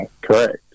correct